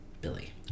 Billy